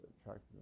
attracting